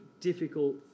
difficult